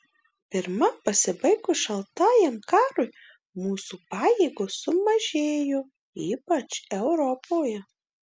pirma pasibaigus šaltajam karui mūsų pajėgos sumažėjo ypač europoje